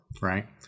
right